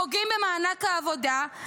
פוגעים במענק העבודה,